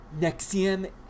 Nexium